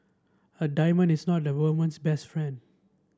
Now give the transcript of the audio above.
a diamond is not a woman's best friend